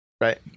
Right